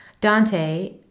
Dante